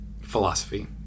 philosophy